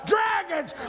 Dragons